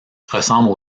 ressemble